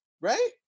right